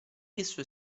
esso